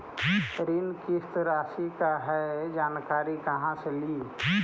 ऋण किस्त रासि का हई जानकारी कहाँ से ली?